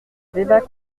débat